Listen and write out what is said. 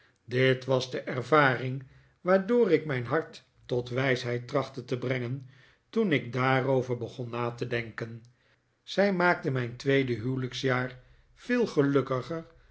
dit was de ervaring waardoor ik mijn hart tot wijsheid trachtte te brengen toen ik daarover begon na te denken zij maakte mijn tweede huwelijksjaar veel gelukkiger